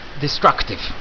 destructive